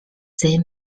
they